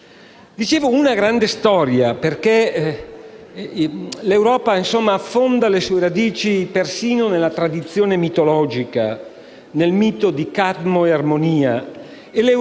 Ebbene, quali sono le premesse perché l'Europa possa affrontare le sfide sull'arco complesso dei problemi che il Presidente, con grande nettezza e credo onestà intellettuale, ci ha presentato?